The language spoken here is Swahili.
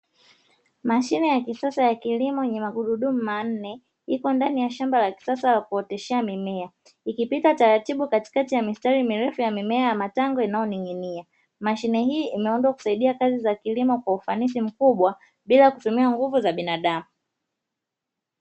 Machine ya kisasa ya kilimo yenye magurudumu manne iko ndani ya shamba la kisasa la kuotesha mimea, ikipita taratibu katikati ya mistari mirefu ya mimea ya matango inayoning'inia, mashine hii imeanza kusaidia kazi za kilimo kwa ufanisi mkubwa bila kutumia nguvu za binadamu.